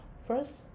First